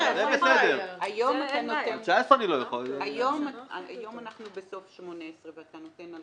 --- היום אנחנו בסוף 18 ואתה נותן על